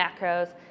macros